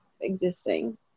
existing